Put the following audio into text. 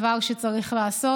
שזה דבר שצריך לעשות.